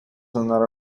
another